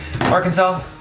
Arkansas